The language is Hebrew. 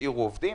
שישאירו עובדים.